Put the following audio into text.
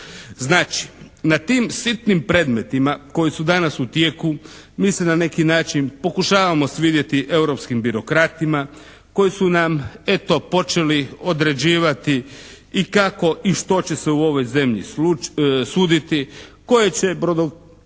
Znači na tim sitnim predmetima koji su danas u tijeku mi se na neki način pokušavamo svidjeti europskim birokratima koji su nam eto počeli određivati i kako i što će se u ovoj zemlji suditi, koje će brodogradilište